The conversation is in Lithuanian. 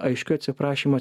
aiškiu atsiprašymo